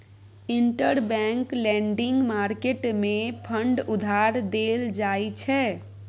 interbank lending market मे fund उधार देल जाइ छै